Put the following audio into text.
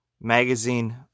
magazine